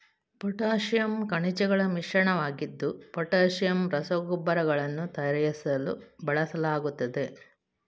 potassium ಖನಿಜಗಳ ಮಿಶ್ರಣವಾಗಿದ್ದು potassium ರಸಗೊಬ್ಬರಗಳನ್ನು ತಯಾರಿಸಲು ಬಳಸಲಾಗುತ್ತದೆ